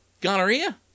gonorrhea